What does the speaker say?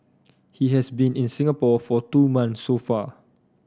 he has been in Singapore for two month so far